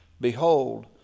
behold